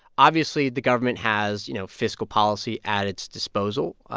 obviously, the government has, you know, fiscal policy at its disposal,